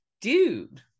dude